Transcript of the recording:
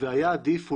והיה עדיף אולי,